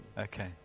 Okay